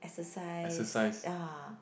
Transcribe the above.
exercise ah